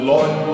Lord